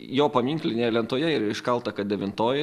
jo paminklinėje lentoje yra iškalta kad devintoji